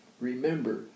remember